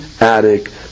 attic